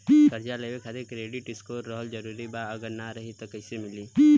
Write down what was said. कर्जा लेवे खातिर क्रेडिट स्कोर रहल जरूरी बा अगर ना रही त कैसे मिली?